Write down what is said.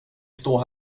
stå